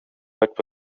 but